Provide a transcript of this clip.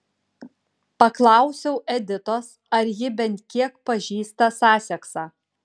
paklausiau editos ar ji bent kiek pažįsta saseksą